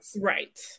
Right